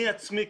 אני עצמי,